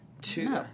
Two